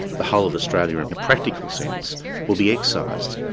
the whole of australia in a practical sense will be excised.